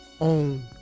own